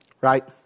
right